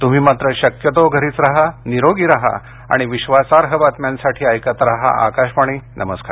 त्म्ही मात्र शक्यतो घरीच राहा निरोगी राहा आणि विश्वासार्ह बातम्यांसाठी ऐकत राहा आकाशवाणी नमस्कार